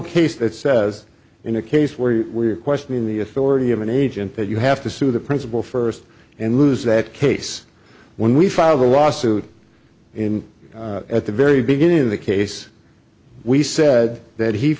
case that says in a case where we are questioning the authority of an agent that you have to sue the principal first and lose that case when we file the lawsuit in at the very beginning of the case we said that he